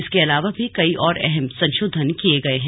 इसके अलावा भी कई और भी अहम संशोधन किये गए हैं